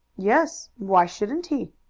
yes. why shouldn't he?